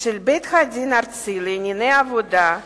של בית-הדין הארצי לענייני עבודה,